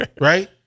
right